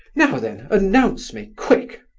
now then announce me, quick!